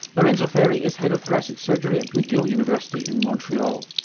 lorenzo ferri is head of thoracic surgery at mcgill university in montreal